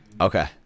Okay